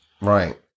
right